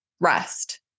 rest